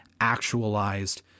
actualized